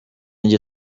ndya